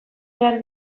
behar